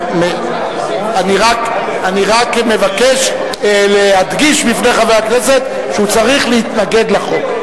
אני רק מבקש להדגיש בפני חבר הכנסת שהוא צריך להתנגד לחוק.